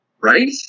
Right